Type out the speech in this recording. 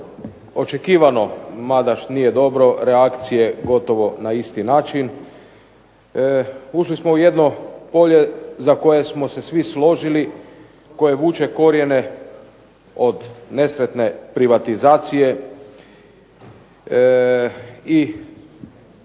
očekivano, mada nije dobro, reakcije gotovo na isti način. Ušli smo u jedno polje za koje smo se svi složili, koje vuče korijene od nesretne privatizacije